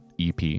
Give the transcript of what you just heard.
EP